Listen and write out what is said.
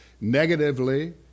negatively